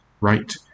right